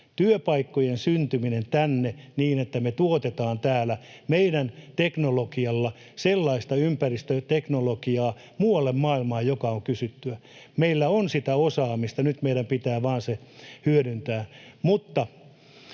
työpaikkojen syntymisen tänne niin, että me tuotetaan täällä meidän teknologialla muualle maailmaan sellaista ympäristöteknologiaa, joka on kysyttyä. Meillä on sitä osaamista, nyt meidän pitää vain se hyödyntää.